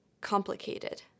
complicated